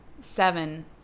Seven